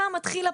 שם מתחיל הפער.